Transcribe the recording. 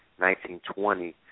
1920